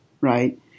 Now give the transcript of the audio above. Right